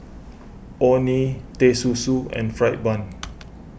Orh Nee the Susu and Fried Bun